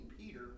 Peter